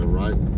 right